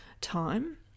time